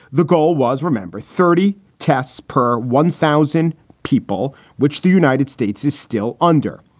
the goal was, remember, thirty tests per one thousand people, which the united states is still under.